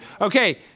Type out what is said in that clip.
Okay